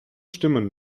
stimmen